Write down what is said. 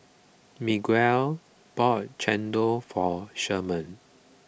Miguel bought Chendol for Sherman